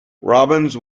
robbins